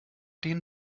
denen